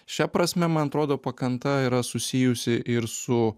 šia prasme man atrodo pakanta yra susijusi ir su